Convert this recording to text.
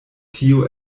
tio